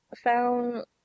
found